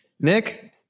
Nick